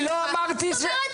אני לא אמרתי את זה,